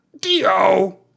D-O